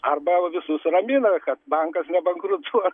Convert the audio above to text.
arba visus ramina kad bankas nebankrutuo